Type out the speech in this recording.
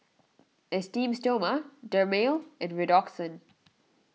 Esteem Stoma Dermale and Redoxon